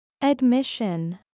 Admission